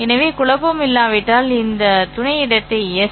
எனவே குழப்பம் இல்லாவிட்டால் இது துணை இடத்தை எஸ்